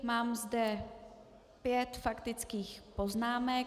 Mám zde pět faktických poznámek.